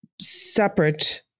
separate